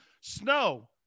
Snow